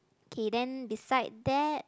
okay then beside that